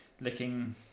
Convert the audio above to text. licking